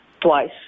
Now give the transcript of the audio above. twice